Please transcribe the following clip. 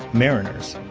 mariners,